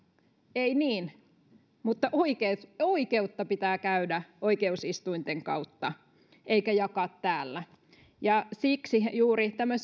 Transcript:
ei niin mutta oikeutta pitää käydä oikeusistuinten kautta eikä jakaa täällä ja siksi juuri tämä